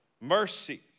Mercy